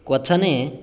क्वथने